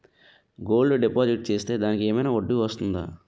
Gold deposit చేస్తే దానికి ఏమైనా వడ్డీ వస్తుందా?